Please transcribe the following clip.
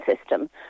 system